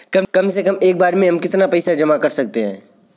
कम से कम एक बार में हम कितना पैसा जमा कर सकते हैं?